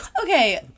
Okay